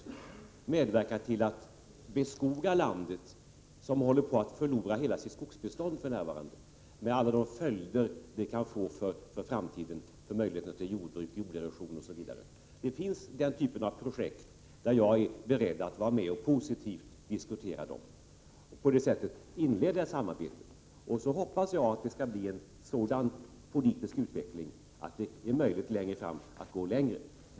Vi kan medverka till att beskoga landet, som för närvarande håller på att förlora hela sitt skogsbestånd, med alla de följder det kan få för framtiden vad gäller förutsättningarna för jordbruk, vad gäller jorderosion osv. Jag är beredd att medverka i en positiv diskussion av projekt av den typen, som en inledning till ett samarbete. Jag hoppas också att den politiska utvecklingen skall bli sådan att det längre fram blir möjligt att gå vidare.